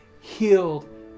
healed